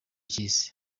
cy’isi